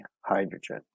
hydrogen